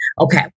Okay